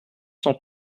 cent